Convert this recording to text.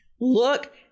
look